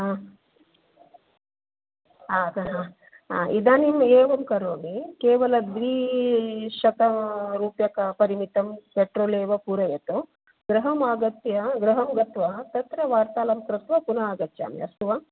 हा हा सह इदानीम् एवं करोमि केवलं द्विशतरूप्यकपरिमितं पेट्रोल् एव पूरयतु गृहम् आगत्य गृहं गत्वा तत्र वार्तालापं कृत्वा पुनः आगच्छामि अस्तु वा